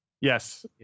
Yes